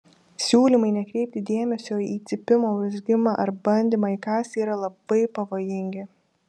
siūlymai nekreipti dėmesio į cypimą urzgimą ar bandymą įkąsti yra labai pavojingi